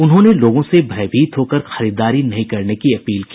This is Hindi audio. उन्होंने लोगों से भयभीत होकर खरीददारी नहीं करने की अपील की